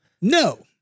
No